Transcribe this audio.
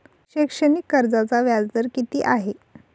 शैक्षणिक कर्जाचा व्याजदर किती आहे?